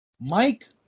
Mike